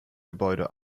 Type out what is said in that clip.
gebäude